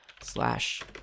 slash